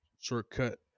shortcut